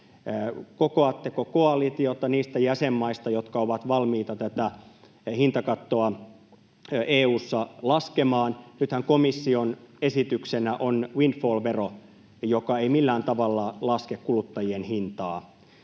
Kokoatteko koalitiota niistä jäsenmaista, jotka ovat valmiita tätä hintakattoa EU:ssa laskemaan? Nythän komission esityksenä on windfall-vero, joka ei millään tavalla laske kuluttajien hintaa.